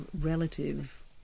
relative